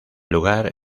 lugar